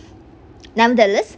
nonetheless